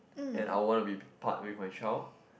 and I want to be part with my child